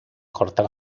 cortar